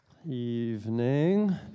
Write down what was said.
Evening